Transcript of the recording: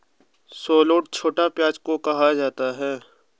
shallot छोटे प्याज़ को कहते है